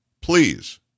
Please